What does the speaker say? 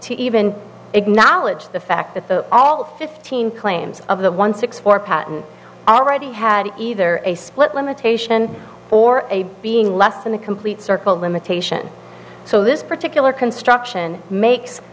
to even acknowledge the fact that the all fifteen claims of the one six four patent already had either a split limitation or a being less than the complete circle limitation so this particular construction makes